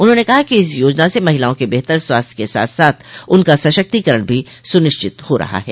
उन्होंने कहा कि इस योजना से महिलाओं के बेहतर स्वास्थ्य के साथ साथ उनका सशक्तिकरण भी सुनिश्चित हो रहा है